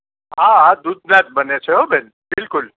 હા હા દૂધના બને છે હો બેન બિલકુલ